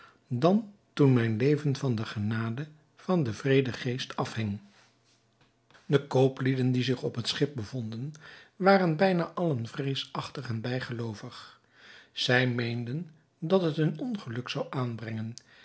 dan toen mijn leven van de genade van den wreeden geest afhing de kooplieden die zich op het schip bevonden waren bijna allen vreesachtig en bijgeloovig zij meenden dat het hun ongeluk zou aanbrengen